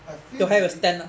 I feel a bit